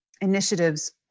initiatives